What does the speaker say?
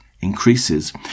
increases